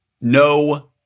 No